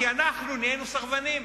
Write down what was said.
כי אנחנו נהיינו סרבנים,